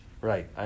Right